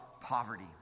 poverty